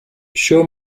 show